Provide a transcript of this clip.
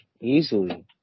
Easily